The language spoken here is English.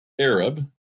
Arab